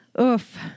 Oof